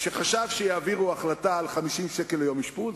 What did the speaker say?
שחשב שיעבירו החלטה על 50 שקל ליום אשפוז?